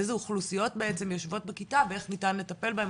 באיזו אוכלוסיה יושבות בכיתה ואיך ניתן לטפל בהן,